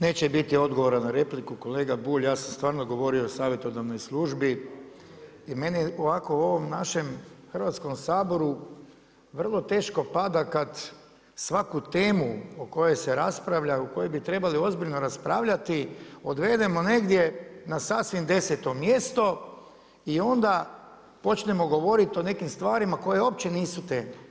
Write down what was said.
Neće biti odgovora na repliku, kolega Bulj ja sam stvarno govorio o savjetodavnoj službi i meni ovo u ovom našem Hrvatskom saboru vrlo teško pada kada svaku temu o kojoj se raspravlja i o kojoj bi trebali ozbiljno raspravljati odvedemo negdje na sasvim deseto mjesto i onda počnemo govoriti o nekim stvarima koje uopće nisu te.